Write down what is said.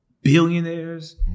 Billionaires